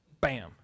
Bam